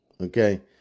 okay